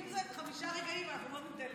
אם זה לחמישה רגעים, זה לא בסדר.